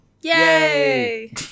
Yay